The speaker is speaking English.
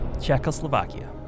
Czechoslovakia